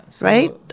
right